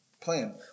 plan